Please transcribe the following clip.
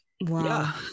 Wow